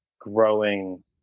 growing